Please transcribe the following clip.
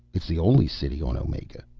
it's the only city on omega.